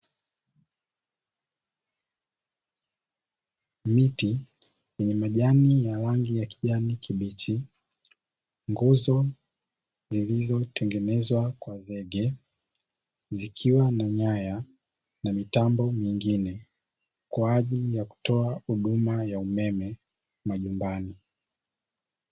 Miti yenye majani ya rangi ya kijani kibichi, nguzo zilizotengenezwa kwa zege, zikiwa na nyaya na mitambo mingine kwa ajili ya kutoa huduma ya umeme majumbani.